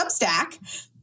Substack